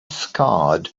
scarred